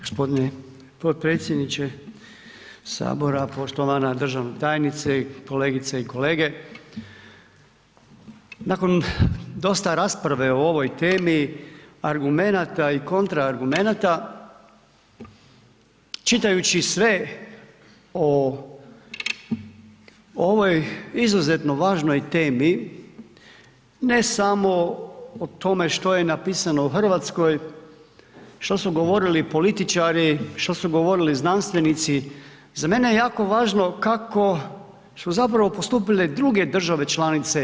Gospodine potpredsjedniče sabora, poštovana državna tajnice, kolegice i kolege, nakon dosta rasprave o ovom temi, argumenata i kontraargumenata, čitajući sve o ovoj izuzetno važnoj temi ne samo o tome što je napisano u Hrvatskoj, što su govorili političari, što su govorili znanstvenici, za mene je jako važno kako su zapravo postupile druge države članice EU.